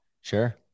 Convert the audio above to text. Sure